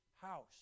house